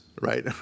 right